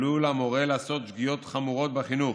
עלול המורה לעשות שגיאות חמורות בחינוך,